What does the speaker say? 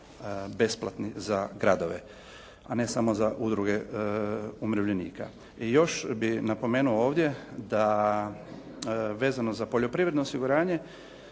besplatni za gradove, a ne samo za udruge umirovljenika. I još bih napomenuo ovdje da vezano za poljoprivredno osiguranje